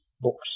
books